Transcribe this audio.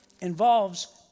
involves